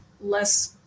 less